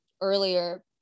earlier